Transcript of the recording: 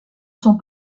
sont